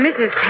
Mrs